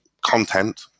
content